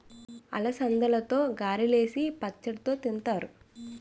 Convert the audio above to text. అలసందలతో గారెలు సేసి పచ్చడితో తింతారు